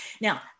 Now